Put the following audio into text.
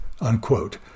unquote